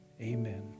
Amen